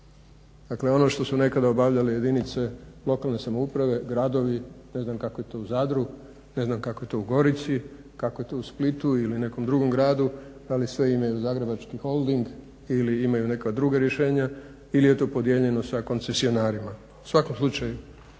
dakle ono što su nekada obavljale jedinice lokalne samouprave, gradovi, ne znam kako je to u Zadru, ne znam kako je to u Gorici, kako je to u Splitu, ili nekom drugom gradu, da li sve imaju Zagrebački holding ili imaju neka druga rješenja, ili je to podijeljeno sa koncesionarima, u svakom slučaju